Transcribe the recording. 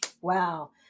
Wow